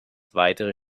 weitere